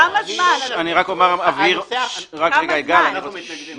אנחנו מתנגדים.